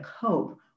cope